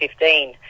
2015